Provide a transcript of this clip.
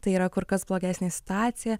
tai yra kur kas blogesnė situacija